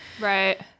Right